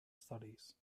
studies